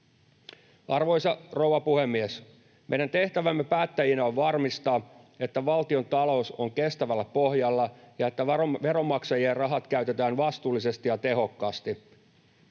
Arvoisa rouva puhemies! Meidän tehtävämme päättäjinä on varmistaa, että valtion talous on kestävällä pohjalla ja että veronmaksajien rahat käytetään vastuullisesti ja tehokkaasti.